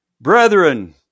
Brethren